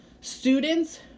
Students